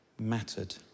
mattered